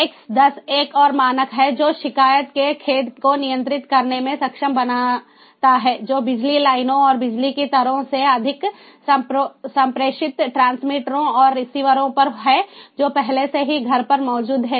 X 10 एक और मानक है जो शिकायत के खेद को नियंत्रित करने में सक्षम बनाता है जो बिजली लाइनों और बिजली की तारों से अधिक संप्रेषित ट्रांसमीटरों और रिसीवरों पर है जो पहले से ही घर पर मौजूद हैं